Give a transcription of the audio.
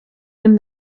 him